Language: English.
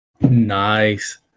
nice